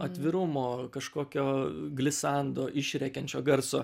atvirumo kažkokio glisando išrėkiančio garso